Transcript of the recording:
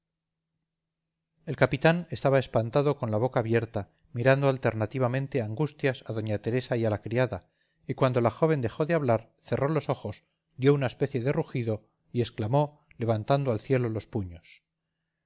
el capitán estaba espantado con la boca abierta mirando alternativamente a angustias a da teresa y a la criada y cuando la joven dejó de hablar cerró los ojos dio una especie de rugido y exclamó levantando al cielo los puños